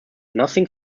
nothing